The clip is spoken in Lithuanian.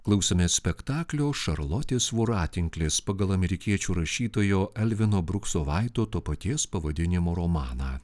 klausėmės spektaklio šarlotės voratinklis pagal amerikiečių rašytojo elvino brukso vaito to paties pavadinimo romaną